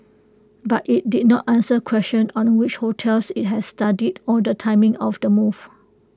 but IT did not answer questions on which hotels IT had studied or the timing of the move